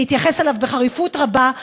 להתייחס אליו בחריפות רבה,